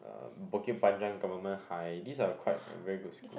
uh Bukit-Panjang-Government-High these are quite uh very good school